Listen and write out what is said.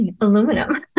aluminum